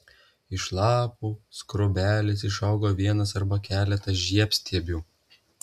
iš lapų skrotelės išauga vienas arba keletas žiedstiebių